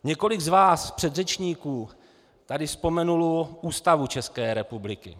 Několik z vás předřečníků tady vzpomenulo Ústavu České republiky.